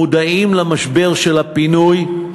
מודעים למשבר של הפינוי,